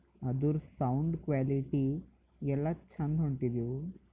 ಅದರ sound quality ಎಲ್ಲ ಚಂದ ಹೊಂಟಿದೆವು